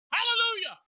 Hallelujah